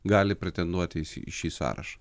gali pretenduoti į sį šį sąrašą